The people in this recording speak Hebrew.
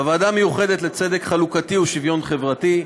בוועדה המיוחדת לצדק חלוקתי ולשוויון חברתי,